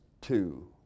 two